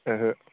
ओहो